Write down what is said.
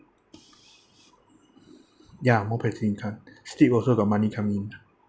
ya more passive income still also got money come in